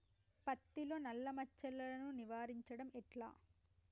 పత్తిలో నల్లా మచ్చలను నివారించడం ఎట్లా?